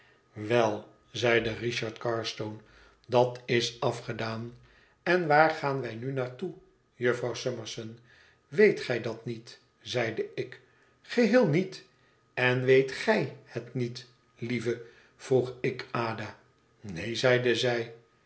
wel zeide richard carstone dat is afgedaan en waar gaan wij nu naartoe jufvrouw summerson weet gij dat niet zeide ik geheel niet en weet gij het niet lieve vroeg ik ada neen zeide zij